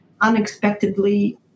Unexpectedly